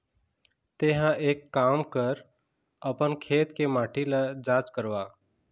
तेंहा एक काम कर अपन खेत के माटी ल जाँच करवा